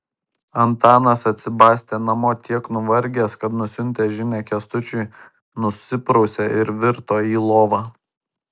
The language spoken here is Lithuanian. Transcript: antanas atsibastė namo tiek nuvargęs kad nusiuntęs žinią kęstučiui nusiprausė ir virto į lovą